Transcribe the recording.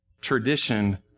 tradition